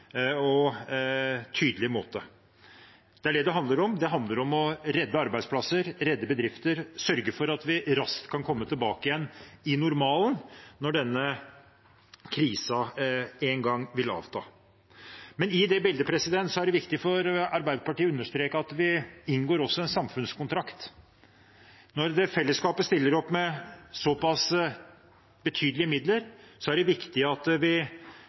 og tydelig måte. Det er det det handler om. Det handler om å redde arbeidsplasser, redde bedrifter og sørge for at vi raskt kan komme tilbake til normalen når denne krisen en gang avtar. Men i det bildet er det viktig for Arbeiderpartiet å understreke at vi også inngår en samfunnskontrakt. Når fellesskapet stiller opp med såpass betydelige midler, er det viktig at vi